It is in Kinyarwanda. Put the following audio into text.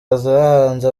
bahasanze